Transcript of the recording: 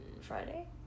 Friday